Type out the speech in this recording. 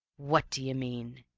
what d'ye mean?